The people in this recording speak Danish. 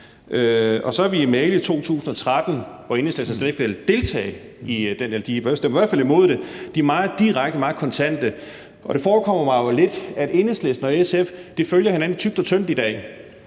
handler om Mali, vil Enhedslisten slet ikke deltage – de stemmer i hvert fald imod det, og de er meget direkte og meget kontante. Det forekommer mig jo lidt, at Enhedslisten og SF følger hinanden i tykt og tyndt i dag,